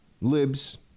Libs